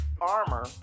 armor